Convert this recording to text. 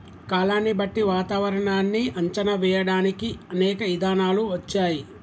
కాలాన్ని బట్టి వాతావరనాన్ని అంచనా వేయడానికి అనేక ఇధానాలు వచ్చాయి